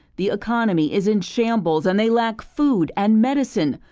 the economy is in shambles, and they lack food and medicine.